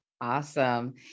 Awesome